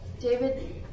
David